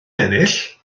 ennill